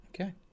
Okay